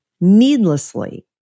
needlessly